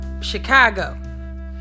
Chicago